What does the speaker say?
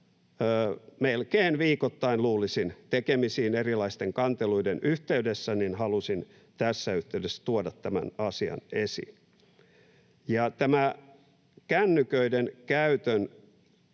melkein viikoittain, luulisin — tekemisiin erilaisten kanteluiden yhteydessä, niin halusin tässä yhteydessä tuoda tämän asian esiin. Tämä, että kännyköiden käytön